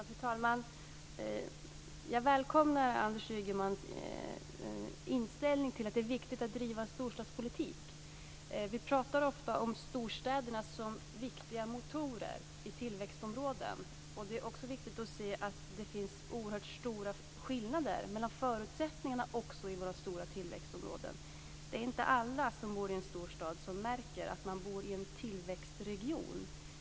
Fru talman! Jag välkomnar Anders Ygemans inställning till att det är viktigt att driva storstadspolitik. Vi pratar ofta om storstäderna som viktiga motorer i tillväxtområden. Men det är också viktigt att se att det finns oerhört stora skillnader mellan förutsättningarna också i våra stora tillväxtområden. Det är inte alla i en storstad som märker att de bor i en tillväxtregion.